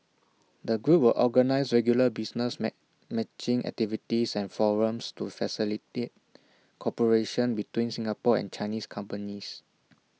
the group will organise regular business matching activities and forums to facilitate cooperation between Singapore and Chinese companies